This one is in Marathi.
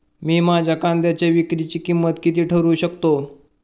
मी माझ्या कांद्यांच्या विक्रीची किंमत किती ठरवू शकतो?